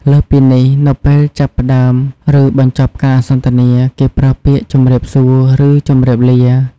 លើសពីនេះ នៅពេលចាប់ផ្ដើមឬបញ្ចប់ការសន្ទនា គេប្រើពាក្យ "ជម្រាបសួរ" ឬ "ជម្រាបលា"។